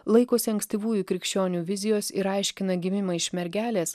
laikosi ankstyvųjų krikščionių vizijos ir aiškina gimimą iš mergelės